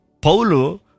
Paulo